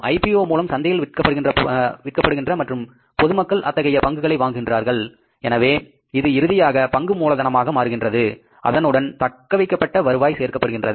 IPO மூலம் சந்தையில் விற்கப்படுகின்ற மற்றும் பொதுமக்கள் அத்தகைய பங்குகளை வாங்குகின்றார்கள் எனவே அது இறுதியாக பங்கு மூலதனமாக மாறுகின்றது அதனுடன் தக்க வைக்கப்பட்ட வருவாய் சேர்க்கப்படுகின்றது